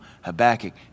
Habakkuk